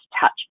touch